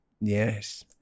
Yes